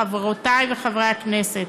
חברותי וחברי חברי הכנסת,